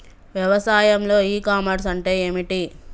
వ్యవసాయంలో e commerce అంటే ఏమిటి?